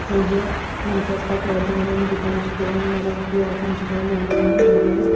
یا یہِ یِم چھِ اَسہِ پَتہٕ تورٕ دِوان یِم گُپَن چھِ دِوان مطلب ہم چھِ دِوان میٚنٛگن ویٚنٛگَن تہِ حظ